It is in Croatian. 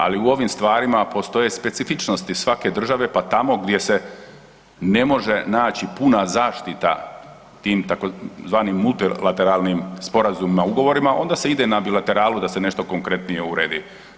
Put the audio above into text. Ali, u ovim stvarima postoje specifičnosti svake države, pa tamo gdje se ne može naći puna zaštita tim tzv. multilateralnim sporazumima, ugovorima, onda se ide na bilateralu, da se nešto konkretnije uredi.